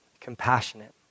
compassionate